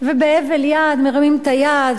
ובהבל יד מרימים את היד,